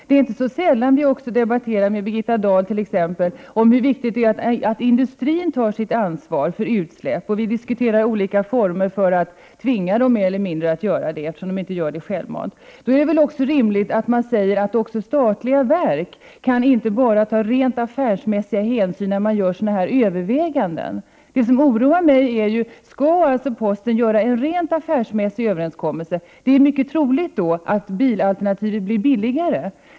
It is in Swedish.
Det är inte heller så sällan vi debatterar med Birgitta Dahl hur viktigt det är att industrin tar sitt ansvar för utsläpp, och vi diskuterar då olika sätt att mer eller mindre tvinga företagen att ta sitt ansvar, eftersom de inte gör det självmant. Då är det väl rimligt att säga att statliga verk inte skall ta enbart rent affärsmässiga hänsyn när de gör sådana överväganden. Det som oroar mig är om posten skall kunna göra en rent affärsmässig överenskommelse. Det är då mycket troligt att bilalternativet blir billigast.